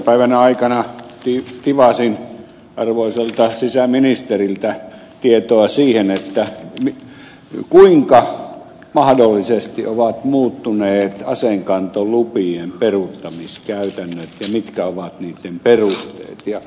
iltapäivän aikana tivasin arvoisalta sisäministeriltä tietoa siitä kuinka mahdollisesti ovat muuttuneet aseenkantolupien peruuttamiskäytännöt ja mitkä ovat niitten perusteet